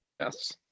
Yes